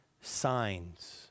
signs